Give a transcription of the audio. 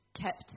kept